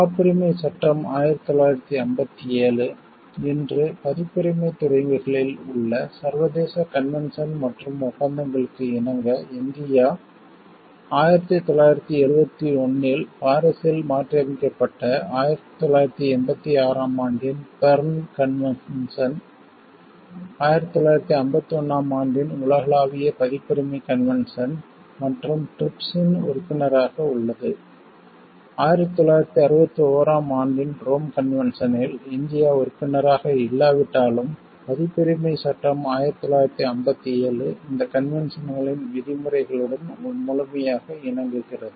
காப்புரிமைச் சட்டம் 1957 இன்று பதிப்புரிமைத் துறைகளில் உள்ள சர்வதேச கன்வென்ஷன் மற்றும் ஒப்பந்தங்களுக்கு இணங்க இந்தியா 1971 இல் பாரிஸில் மாற்றியமைக்கப்பட்ட 1986 ஆம் ஆண்டின் பெர்ன் கன்வென்ஷன் 1951 ஆம் ஆண்டின் உலகளாவிய பதிப்புரிமை கன்வென்ஷன் மற்றும் TRIPS இன் உறுப்பினராக உள்ளது 1961 ஆம் ஆண்டின் ரோம் கன்வென்ஷன் இல் இந்தியா உறுப்பினராக இல்லாவிட்டாலும் பதிப்புரிமைச் சட்டம் 1957 இந்த கன்வென்ஷன்களின் விதிமுறைகளுடன் முழுமையாக இணங்குகிறது